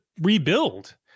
rebuild